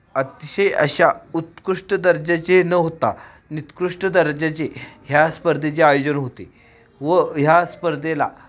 अतिशय अशा उत्कृष्ट दर्जाचे न होता निकृष्ट दर्जाचे ह्या स्पर्धेचे आयोजन होते व ह्या स्पर्धेला